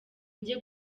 njye